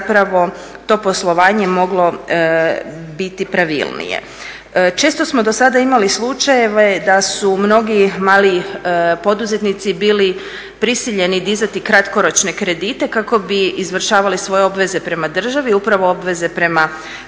to poslovanje moglo biti pravilnije. Često smo do sada imali slučajeve da su mnogi mali poduzetnici bili prisiljeni dizati kratkoročne kredite kako bi izvršavali svoje obveze prema državi, upravo obveze prema